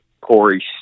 Corey